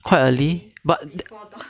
quite early but